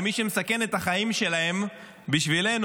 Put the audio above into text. למי שמסכן את החיים שלהם בשבילנו.